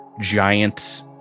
giant